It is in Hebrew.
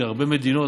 והרבה מדינות,